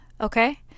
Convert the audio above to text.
Okay